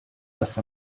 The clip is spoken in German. erst